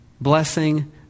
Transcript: blessing